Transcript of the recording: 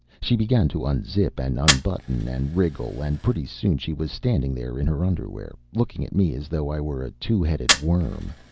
she began to unzip and unbutton and wriggle, and pretty soon she was standing there in her underwear, looking at me as though i were a two-headed worm.